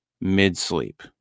mid-sleep